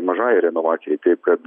mažajai renovacijai taip kad